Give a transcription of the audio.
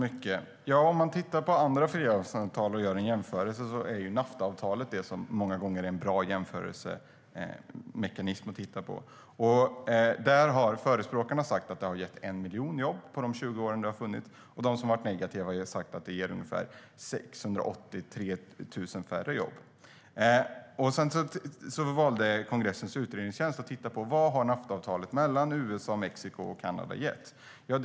Herr talman! Om man tittar på och jämför med andra frihandelsavtal är Naftaavtalet många gånger en bra jämförelsemekanism. Där säger förespråkarna att det har gett 1 miljon jobb på de 20 år det har funnits, och de som är negativa säger att det har gett ungefär 683 000 färre jobb. Kongressens utredningstjänst valde att titta på vad Naftaavtalet mellan USA, Mexiko och Kanada har gett.